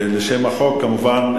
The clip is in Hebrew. אנחנו עוברים להסתייגויות